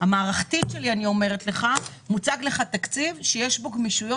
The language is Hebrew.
המערכתית שלי מוצג לך תקציב שיש בו גמישויות,